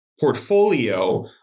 portfolio